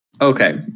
Okay